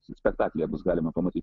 spektaklyje bus galima pamatyt